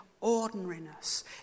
ordinariness